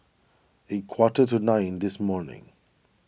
a quarter to nine this morning